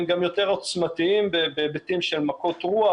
הם גם יותר עוצמתיים בהיבטים של מכות רוח,